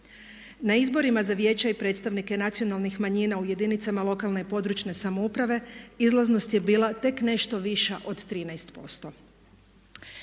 Na izborima za vijeća i predstavnike nacionalnih manjina u jedinicama lokalne i područne samouprave izlaznost je bila tek nešto viša od 13%.